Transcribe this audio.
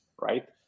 right